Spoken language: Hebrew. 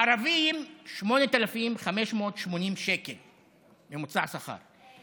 ערבים, 8,580 שקל בממוצע, השכר.